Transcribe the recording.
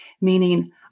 meaning